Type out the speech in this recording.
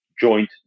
joint